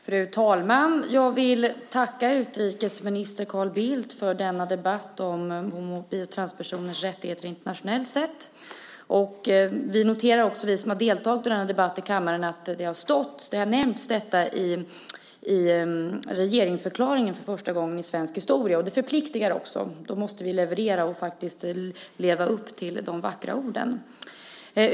Fru talman! Jag vill tacka utrikesminister Carl Bildt för denna debatt om homo och bisexuellas och transpersoners rättigheter internationellt sett. Vi som har deltagit i debatten noterar att detta har nämnts i regeringsförklaringen för första gången i svensk historia, och det förpliktar. Då måste vi också leverera och leva upp till de vackra orden.